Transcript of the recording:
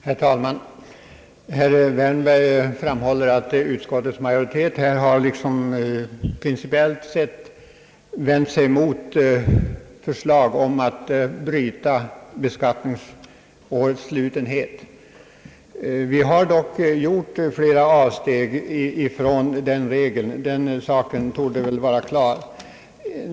Herr talman! Herr Wärnberg framhåller att utskottets majoritet principiellt har vänt sig mot alla förslag att bryta beskattningsårets slutenhet. Vi har dock redan gjort flera avsteg från den regeln, i praktiken torde den saken vara klar.